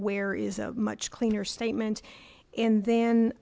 where is a much cleaner statement in then